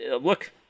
look